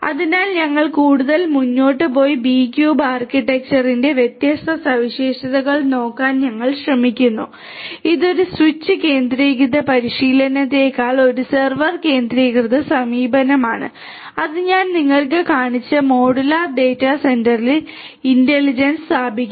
അതിനാൽ ഞങ്ങൾ കൂടുതൽ മുന്നോട്ട് പോയി B ക്യൂബ് ആർക്കിടെക്ചറിന്റെ വ്യത്യസ്ത സവിശേഷതകൾ നോക്കാൻ ഞങ്ങൾ ശ്രമിക്കുന്നു ഇത് ഒരു സ്വിച്ച് കേന്ദ്രീകൃത പരിശീലനത്തേക്കാൾ ഒരു സെർവർ കേന്ദ്രീകൃത സമീപനമാണ് അത് ഞാൻ നിങ്ങൾക്ക് കാണിച്ച മോഡുലാർ ഡാറ്റാ സെന്ററിൽ ഇന്റലിജൻസ് സ്ഥാപിക്കുന്നു